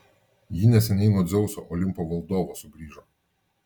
ji neseniai nuo dzeuso olimpo valdovo sugrįžo